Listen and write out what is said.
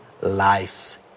life